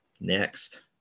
next